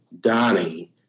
Donnie